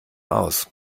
aus